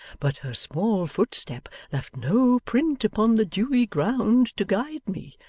but her small footstep left no print upon the dewy ground, to guide me.